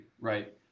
right